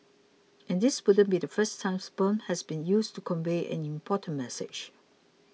and this wouldn't be the first time sperm has been used to convey an important message